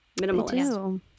minimalist